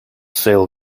sail